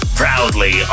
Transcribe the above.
proudly